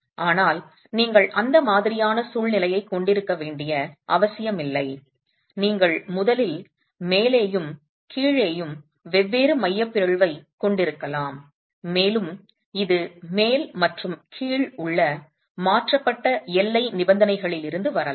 ஆனால் நீங்கள் அந்த மாதிரியான சூழ்நிலையை கொண்டிருக்க வேண்டிய அவசியமில்லை நீங்கள் முதலில் மேலேயும் கீழேயும் வெவ்வேறு மையப் பிறழ்வைக் கொண்டிருக்கலாம் மேலும் இது மேல் மற்றும் கீழ் உள்ள மாற்றப்பட்ட எல்லை நிபந்தனைகளிலிருந்து வரலாம்